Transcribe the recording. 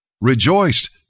rejoiced